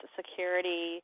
security